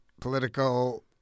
political